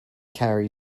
carry